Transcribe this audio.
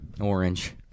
Orange